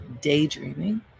daydreaming